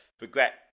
regret